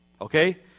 Okay